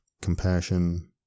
compassion